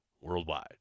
worldwide